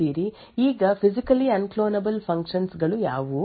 ಈಗ physically unclonable functions ಗಳು ಯಾವುವು